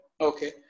Okay